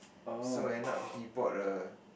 so end up he bought a